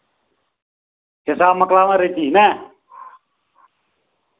حِساب مۄکلاوہا رٔتی نہ